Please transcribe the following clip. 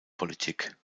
politik